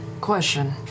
question